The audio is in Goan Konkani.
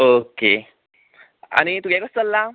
ओके आनी तुगे कशें चल्लां